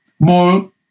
more